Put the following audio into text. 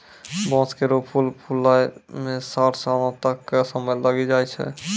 बांस केरो फूल फुलाय म साठ सालो तक क समय लागी जाय छै